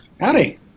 Howdy